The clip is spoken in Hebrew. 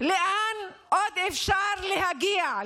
לאן עוד אפשר להגיע?